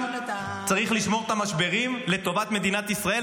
צריך לשמור את המשברים לטובת מדינת ישראל,